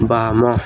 ବାମ